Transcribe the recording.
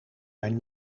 mijn